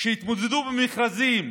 שהתמודדו במכרזים,